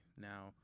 Now